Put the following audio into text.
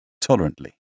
tolerantly